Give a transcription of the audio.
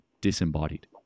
disembodied